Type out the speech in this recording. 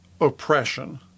oppression